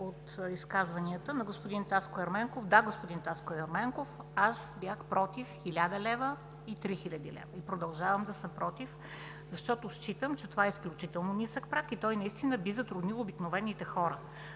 от изказванията на господин Таско Ерменков. Да, господин Таско Ерменков, аз бях против 1000 лв. и 3000 лв. Продължавам да съм против, защото считам, че това е изключително нисък праг и той наистина би затруднил обикновените хора.